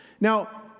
Now